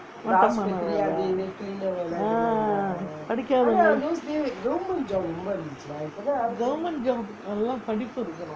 மட்டமான வேலே:mattamaana velae ah படிக்காதவங்கே:padikkathavangae government job எல்லாம் படிப்பு இருக்கனும்:ellaa padippu irukkanum